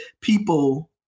people